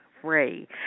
free